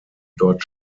dort